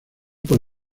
por